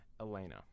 Elena